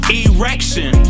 erection